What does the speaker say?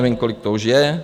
Nevím, kolik to už je.